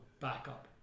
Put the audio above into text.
backup